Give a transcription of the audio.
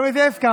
גם את זה הסכמנו.